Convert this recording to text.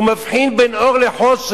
הוא מבחין בין אור לחושך,